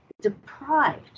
deprived